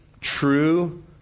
true